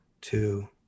two